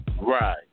Right